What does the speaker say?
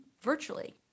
virtually